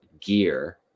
gear